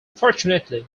fortunately